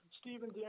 Stephen